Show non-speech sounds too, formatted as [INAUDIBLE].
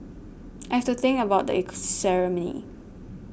I have to think about the [UNINTELLIGIBLE] ceremony